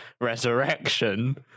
resurrection